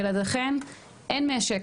בלעדיכן אין משק.